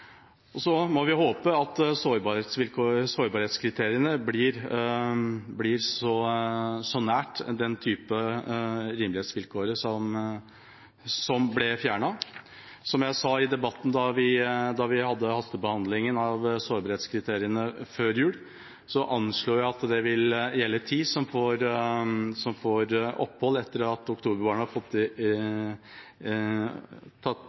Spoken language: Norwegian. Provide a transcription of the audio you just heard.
Så må vi håpe at sårbarhetskriteriene blir så nær den typen rimelighetsvilkår som det som ble fjernet. I debatten da vi hadde hastebehandlingen av sårbarhetskriteriene før jul, anslo jeg at det ville gjelde ti som får opphold etter at oktoberbarna har fått ta opp sakene sine på nytt. Vi får se hvor mange det